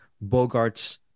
Bogart's